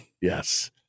Yes